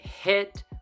hit